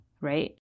right